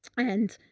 and,